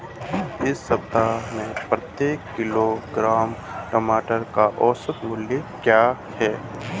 इस सप्ताह प्रति किलोग्राम टमाटर का औसत मूल्य क्या है?